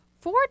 four